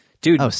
Dude